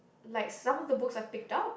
like some of the books are picked down